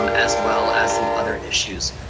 um as well as some other issues.